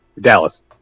Dallas